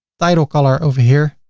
title color over here,